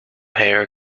hair